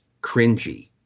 cringy